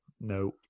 No